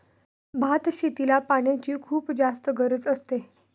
भात शेतीला पाण्याची खुप जास्त गरज असते